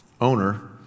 owner